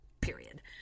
period